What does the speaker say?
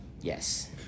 Yes